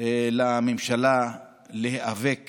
לממשלה להיאבק